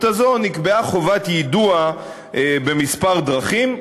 הזאת נקבעה חובת יידוע בכמה דרכים,